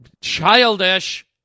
Childish